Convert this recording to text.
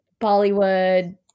Bollywood